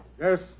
Yes